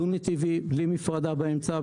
דו-נתיבי, בלי מפרדה באמצע.